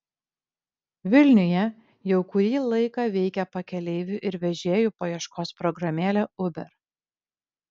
vilniuje jau kurį laiką veikia pakeleivių ir vežėjų paieškos programėlė uber